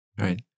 Right